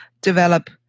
develop